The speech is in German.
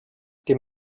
dem